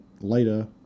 later